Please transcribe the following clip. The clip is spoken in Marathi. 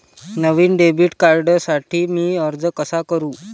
नवीन डेबिट कार्डसाठी मी अर्ज कसा करू?